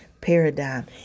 paradigm